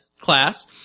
class